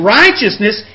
righteousness